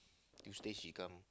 you stay she come